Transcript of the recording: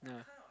yeah